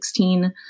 2016